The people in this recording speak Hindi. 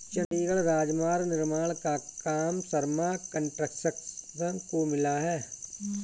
चंडीगढ़ राजमार्ग निर्माण का काम शर्मा कंस्ट्रक्शंस को मिला है